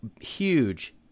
huge